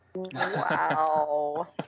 Wow